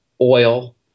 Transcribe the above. oil